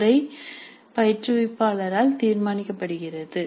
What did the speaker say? முறை பயிற்றுவிப்பாளரால் தீர்மானிக்கப்படுகிறது